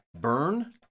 Burn